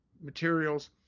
materials